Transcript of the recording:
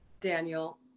Daniel